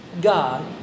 God